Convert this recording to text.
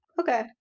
Okay